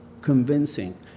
convincing